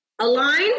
align